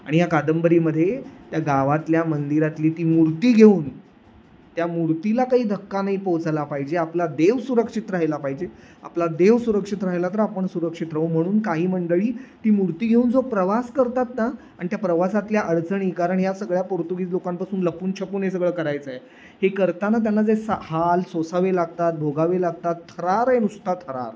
आणि या कादंबरीमध्ये त्या गावातल्या मंदिरातली ती मूर्ती घेऊन त्या मूर्तीला काही धक्का नाही पोचायला पाहिजे आपला देव सुरक्षित राहिला पाहिजे आपला देव सुरक्षित राहिला तर आपण सुरक्षित राहू म्हणून काही मंडळी ती मूर्ती घेऊन जो प्रवास करतात ना आणि त्या प्रवासातल्या अडचणी कारण ह्या सगळ्या पोर्तुगीज लोकांपासून लपून छपून हे सगळं करायचं आहे हे करताना त्यांना जे सा हाल सोसावे लागतात भोगावे लागतात थरार आहे नुसता थरार